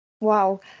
Wow